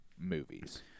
movies